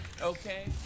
Okay